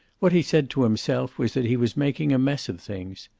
what he said to himself was that he was making a mess of things.